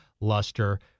luster